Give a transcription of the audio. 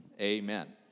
amen